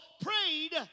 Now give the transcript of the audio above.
prayed